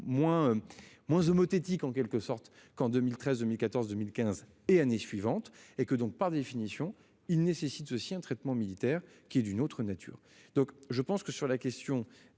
Moins homothétiquement quelque sorte qu'en 2013 2014 2015 et années suivantes et que donc, par définition il nécessite aussi un traitement militaire qui est d'une autre nature donc je pense que sur la question.